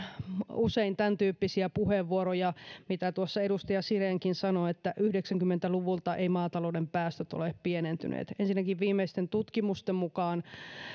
usein tämäntyyppisiä puheenvuoroja mitä tuossa edustaja sirenkin sanoi että yhdeksänkymmentä luvulta eivät maatalouden päästöt ole pienentyneet ensinnäkin viimeisten tutkimusten mukaan